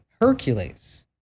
Hercules